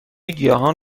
گیاهان